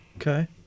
Okay